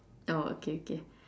orh okay okay